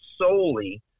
solely